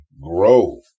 grow